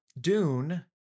dune